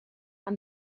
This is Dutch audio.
aan